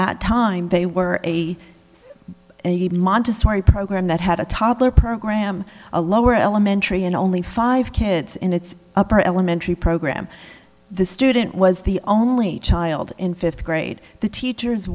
that time they were eighty and even montessori program that had a toddler program a lower elementary and only five kids in its upper elementary program the student was the only child in fifth grade the teachers